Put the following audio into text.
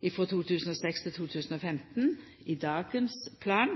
I dagens plan